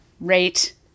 rate